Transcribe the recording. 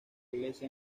iglesia